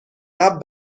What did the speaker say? قبل